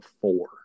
four